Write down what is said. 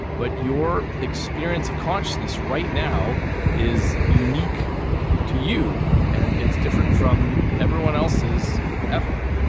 but your experience of consciousness right now is unique to you and it's different from everyone else's ever.